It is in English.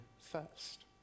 first